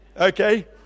okay